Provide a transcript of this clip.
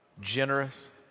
generous